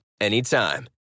anytime